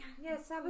Yes